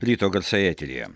ryto garsai eteryje